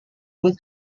wool